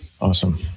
awesome